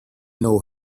know